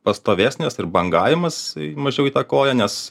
pastovesnės ir bangavimas mažiau įtakoja nes